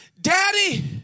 daddy